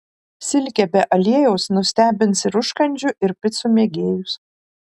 silkė be aliejaus nustebins ir užkandžių ir picų mėgėjus